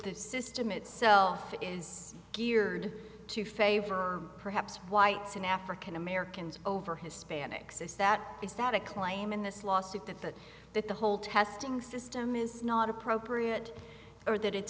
the system itself is geared to favor perhaps whites and african americans over hispanics is that is that a claim in this lawsuit that that that the whole testing system is not appropriate or that it